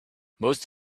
most